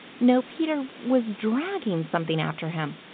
no, peter was dragging something after him.